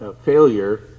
failure